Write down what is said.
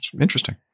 Interesting